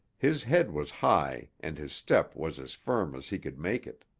his head was high and his step was as firm as he could make it.